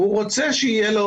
הוא רוצה שיהיה לו